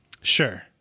Sure